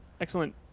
Excellent